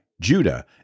Judah